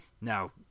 Now